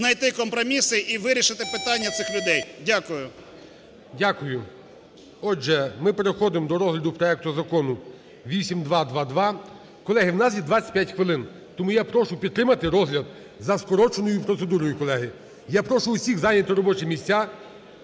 знайти компроміси і вирішити питання цих людей. Дякую. ГОЛОВУЮЧИЙ. Дякую. Отже, ми переходимо до розгляду проекту Закону 8222. Колеги, у нас є 25 хвилин, тому я прошу підтримати розгляд за скороченою процедурою, колеги. Я прошу всіх зайняти робочі місця,